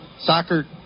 soccer